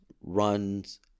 runs